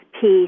peace